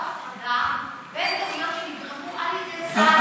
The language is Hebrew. ההפרדה בין טעויות שנגרמו על ידי צה"ל,